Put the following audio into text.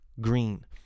Green